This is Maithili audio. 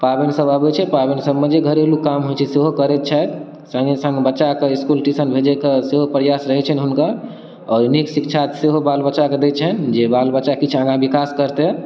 पाबनि सब अबैत छै पाबनि सबमे जे घरेलू काम होइत छै सेहो करैत छथि सङ्गे सङ्ग बच्चाके इसकुल टीसन भेजैके सेहो प्रआस रहैत छनि हुनकर आओर नीक शिक्षा सेहो बालबच्चाके दै छनि जे बालबच्चा किछु आगाँ विकास करतै